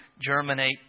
germinate